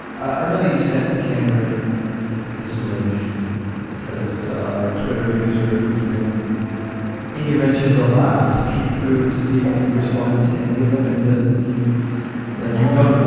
i know that you said cameron this link to this twitter user who has been in your mentions a lot of through to see if you've responded to any of them and doesn't seem like him don't.